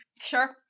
Sure